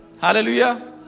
Hallelujah